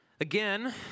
Again